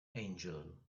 angel